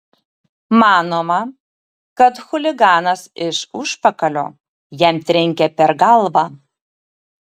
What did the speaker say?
manoma kad chuliganas iš užpakalio jam trenkė per galvą